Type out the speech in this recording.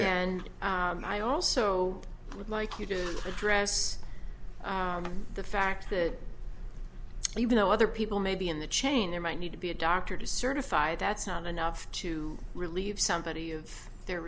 and i also would like you to address the fact that even though other people may be in the chain there might need to be a doctor to certify that's not enough to relieve somebody of their